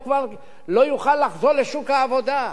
הוא כבר לא יוכל לחזור לשוק העבודה.